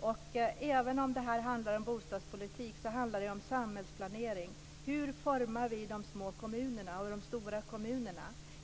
Och även om detta handlar om bostadspolitik, så handlar det ju om samhällsplanering. Hur formar vi de små och de stora kommunerna?